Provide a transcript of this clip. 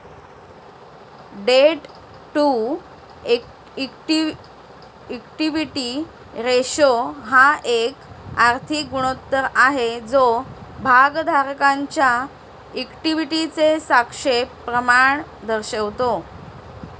date to equity ratio हा एक आर्थिक गुणोत्तर आहे जो भागधारकांच्या इक्विटीचे सापेक्ष प्रमाण दर्शवतो